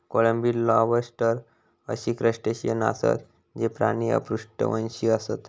कोळंबी, लॉबस्टर अशी क्रस्टेशियन आसत, हे प्राणी अपृष्ठवंशी आसत